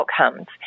outcomes